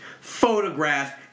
photograph